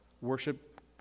worship